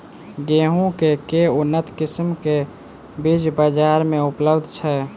गेंहूँ केँ के उन्नत किसिम केँ बीज बजार मे उपलब्ध छैय?